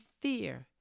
fear